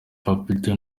papito